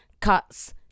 cuts